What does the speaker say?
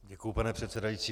Děkuji, pane předsedající.